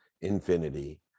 infinity